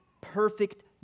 perfect